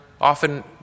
often